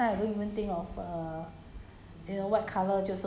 你不会想 you know nowadays you know at home